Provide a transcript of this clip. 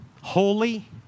holy